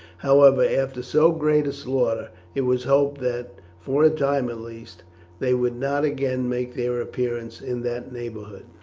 however, after so great a slaughter it was hoped that for a time at least they would not again make their appearance in that neighbourhood.